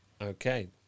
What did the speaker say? Okay